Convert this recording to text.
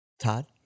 Todd